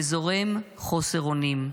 וזורם חוסר אונים.